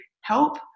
help